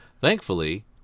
thankfully